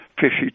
fishy